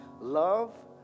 love